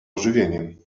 ożywieniem